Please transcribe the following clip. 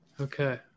Okay